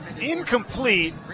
incomplete